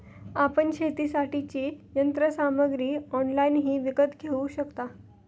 आपण शेतीसाठीची यंत्रसामग्री ऑनलाइनही विकत घेऊ शकता